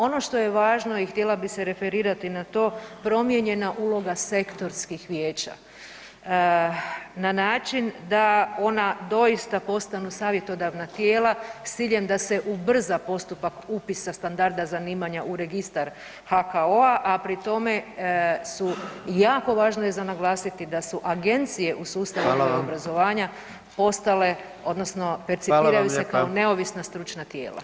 Ono što je važno i htjela bi se referirati na to, promijenjena uloga sektorskih vijeća na način da ona doista postanu savjetodavna tijela s ciljem da ubrza postupak upisa standarda zanimanja u Registar HKO-a a pri tome su jako važne za naglasiti da su agencije u sustavu [[Upadica predsjednik: Hvala.]] visokog obrazovanja, postale odnosno percipiraju se [[Upadica predsjednik: Hvala vam lijepa.]] kao neovisna stručna tijela.